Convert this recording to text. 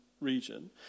region